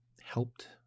helped